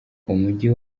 umujyi